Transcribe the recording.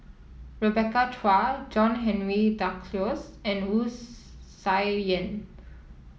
Rebecca Chua John Henry Duclos and Wu Tsai Yen